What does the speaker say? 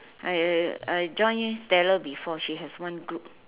I I I join Stella before she has one group